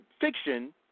fiction